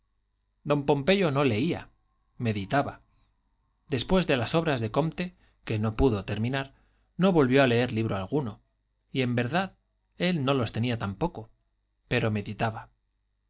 don pompeyo no leía meditaba después de las obras de comte que no pudo terminar no volvió a leer libro alguno y en verdad él no los tenía tampoco pero meditaba